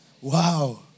Wow